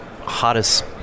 hottest